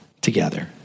together